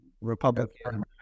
Republican